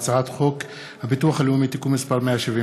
שמולי: הצעת חוק החלפת המונח מפגר (תיקוני חקיקה),